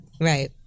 Right